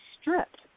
stripped